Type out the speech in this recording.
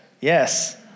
Yes